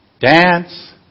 dance